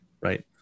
Right